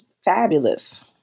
fabulous